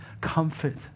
comfort